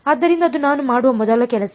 ಆದ್ದರಿಂದ ಅದು ನಾನು ಮಾಡುವ ಮೊದಲ ಕೆಲಸ